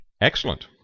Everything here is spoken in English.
Excellent